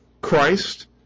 Christ